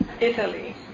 Italy